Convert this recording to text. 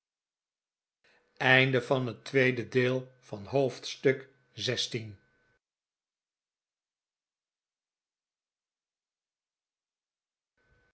van het noorden van het